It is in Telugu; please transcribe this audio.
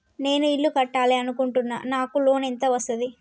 నేను ఇల్లు కట్టాలి అనుకుంటున్నా? నాకు లోన్ ఎంత వస్తది?